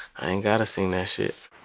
i ain't gotta sing that